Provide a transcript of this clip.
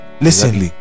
listen